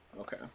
Okay